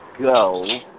go